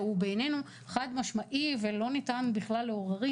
שהוא בעינינו חד משמעי ולא ניתן בכלל לערעור,